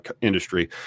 industry